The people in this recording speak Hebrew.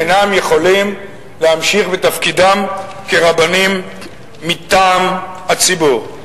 אינם יכולים להמשיך בתפקידם כרבנים מטעם הציבור.